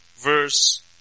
Verse